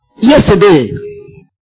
Yesterday